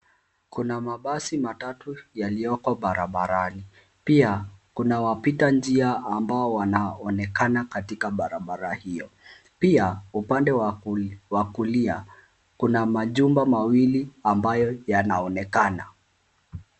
Kuna mabasi matatu yaliyoko barabarani. Pia, kuna wapita njia ambao wanaonekana katika barabara hiyo. Pia, upande wa kulia kuna majumba mawili ambayo yanaonekana.